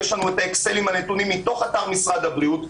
יש לנו טבלאות אקסל עם הנתונים מתוך אתר משרד הבריאות.